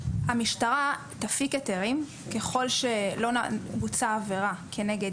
המשטרה תפיק היתרים ככל שלא בוצעה עבירה כנגד